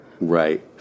Right